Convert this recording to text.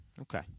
Okay